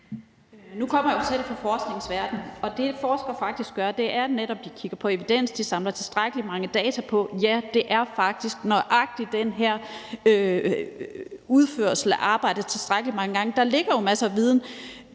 Nu kommer jeg selv fra forskningens verden, og det, forskere gør, er netop, at de kigger på evidens og samler tilstrækkelig mange data for at sige: Ja, det skyldes faktisk nøjagtig den her udførelse af arbejdet tilstrækkelig mange gange. Der ligger jo masser af viden